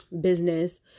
business